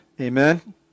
amen